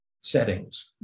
settings